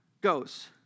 goes